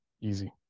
Easy